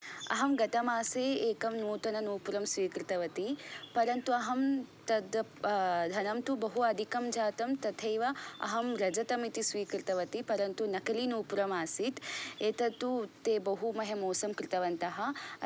अहं गतमासे एकं नूतनं नूपुरं स्वीकृतवती परन्तु अहं तद् धनं तु बहु अधिकं जातम् तथैव अहं रजतम् इति स्वीकृतवती परन्तु नक्ली नूपुरं आसीत् एतत् तु ते बहु मह्यं मोसं कृतवन्तः